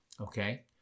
Okay